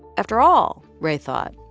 after all, ray thought,